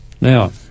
Now